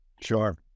Sure